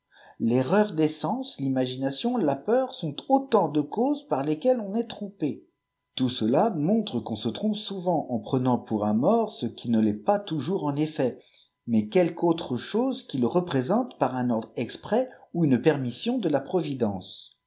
l'erreur des sens hmaginatîon la peur sont autant de causes par lesquelles on est trompé i out cela montre qu'on se trompe souvent en prenant pour un mort ce qui ne fest pas toujours en effet mais quelque autre chose qui le représente par un ordre exprès ou une permission de k providence